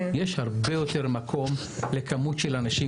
יש הרבה יותר מקום לכמות גדולה של אנשים,